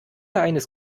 eines